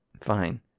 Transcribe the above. Fine